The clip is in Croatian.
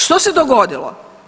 Što se dogodilo?